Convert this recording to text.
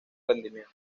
rendimiento